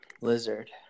Lizard